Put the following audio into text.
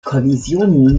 kollisionen